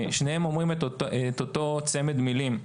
שניהם אומרים את אותו צמד מילים.